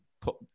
put